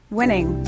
winning